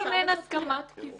אולי אפשר עכשיו לתת קריאת כיוון